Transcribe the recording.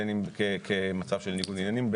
בין אם כמצב של ניגוד עניינים,